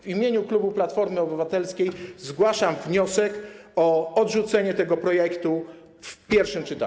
W imieniu klubu Platformy Obywatelskiej zgłaszam wniosek o odrzucenie tego projektu w pierwszym czytaniu.